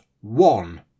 one